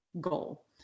goal